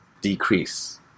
Decrease